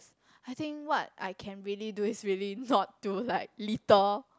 I think what I can really do is really not to like litter